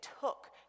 took